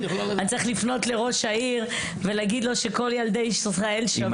אני צריך לפנות לראש העיר ולהגיד לו שכל ילדי ישראל שווים.